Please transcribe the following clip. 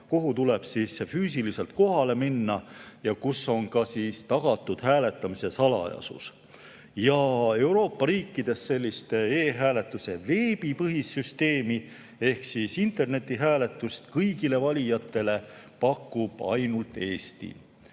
kuhu tuleb füüsiliselt kohale minna ja kus on tagatud hääletamise salajasus. Euroopa riikidest pakub sellist e‑hääletuse veebipõhist süsteemi ehk internetihääletust kõigile valijatele ainult Eesti.